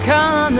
Come